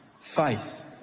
Faith